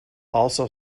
also